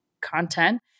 content